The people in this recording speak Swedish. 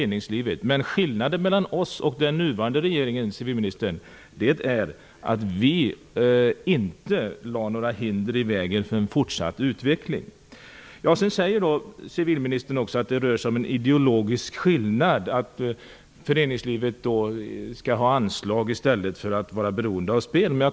Men skillnaden mellan oss och den nuvarande regeringen är att vi inte lade några hinder i vägen för en fortsatt utveckling. Civilministern säger att det rör sig om en ideologisk skillnad, att föreningslivet skall ha anslag i stället för att vara beroende av spel.